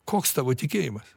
koks tavo tikėjimas